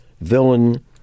villain